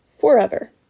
forever